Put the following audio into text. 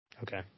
Okay